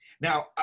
Now